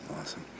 awesome